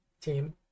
team